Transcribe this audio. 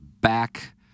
back